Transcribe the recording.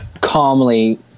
calmly